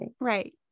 right